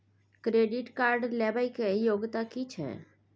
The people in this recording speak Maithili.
क्रेडिट कार्ड लेबै के योग्यता कि छै?